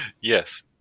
yes